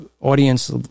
audience